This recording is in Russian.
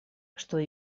что